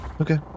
Okay